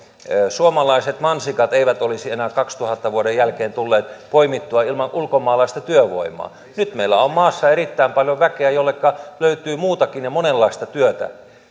suomalaiset mansikat eivät olisi enää vuoden kaksituhatta jälkeen tulleet poimituiksi ilman ulkomaalaista työvoimaa nyt meillä on maassa erittäin paljon väkeä jolleka löytyy muutakin ja monenlaista työtä